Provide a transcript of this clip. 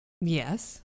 Yes